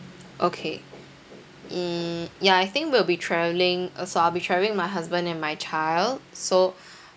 okay mm ya I think we'll be travelling uh so I'll be travelling with my husband and my child so